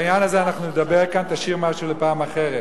בעניין הזה אנחנו נדבר כאן, תשאיר משהו לפעם אחרת.